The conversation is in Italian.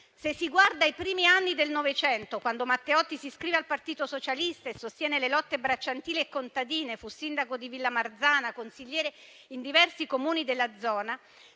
Se si guardano i primi anni del Novecento, quando Matteotti si iscrive al Partito socialista e sostiene le lotte bracciantili e contadine (fu sindaco di Villamarzana e consigliere in diversi Comuni della zona),